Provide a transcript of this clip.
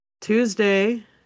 Tuesday